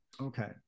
Okay